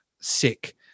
sick